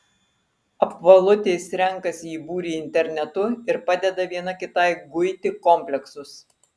apvalutės renkasi į būrį internetu ir padeda viena kitai guiti kompleksus